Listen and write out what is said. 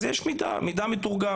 אז יש מידע מתורגם.